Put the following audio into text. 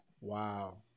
Wow